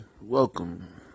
welcome